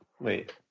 Wait